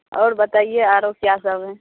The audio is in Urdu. اور بتائیے آرو کیا سب ہیں